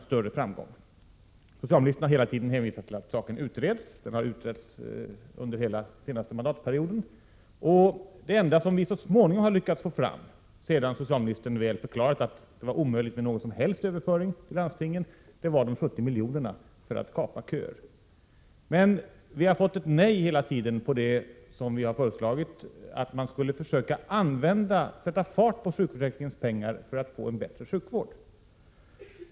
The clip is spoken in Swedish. Socialministern har hela tiden hänvisat till att saken utreds. Den har utretts under hela den senaste mandatperioden. Det enda som vi så småningom har lyckats få fram, sedan socialministern väl förklarat att det var omöjligt med någon som helst överföring till landstingen, var de 70 miljonerna för att kapa köer. Vi har emellertid hela tiden fått nej till det som vi har föreslagit, att man skulle försöka sätta fart på sjukförsäkringspengar för att få en bättre sjukvård.